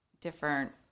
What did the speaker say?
different